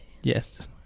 yes